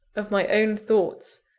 of my own thoughts,